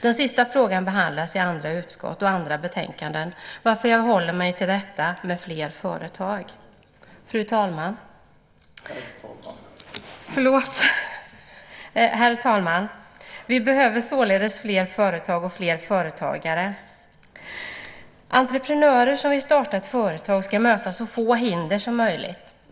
Den sista frågan behandlas i andra utskott och andra betänkanden, varför jag håller mig till frågan om fler företag. Herr talman! Vi behöver alltså fler företag och fler företagare. Entreprenörer som vill starta ett företag ska möta så få hinder som möjligt.